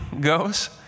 goes